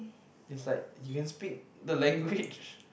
is like you can speak the language